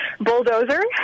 bulldozer